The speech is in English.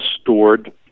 stored